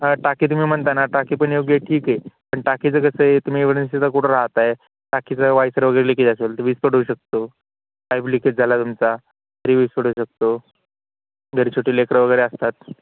हा टाकी तुम्ही म्हणता ना टाकी पण योग्य आहे ठीक आहे पण टाकीचं कसं आहे तुम्ही एमर्जन्सीचा कुठं राहताय टाकीचं वायसर वगैरे लिकेज असेल तर विस्फोट होऊ शकतो पाईप लिकेज झाला तुमचा तरी विस् पडू शकतो घरी छोटी लेकरं वगैरे असतात